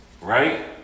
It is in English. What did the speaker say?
right